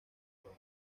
trono